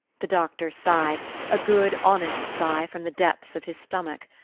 the doctor sighed a good honest sigh, from the depths of his stomach.